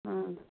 ꯑꯪ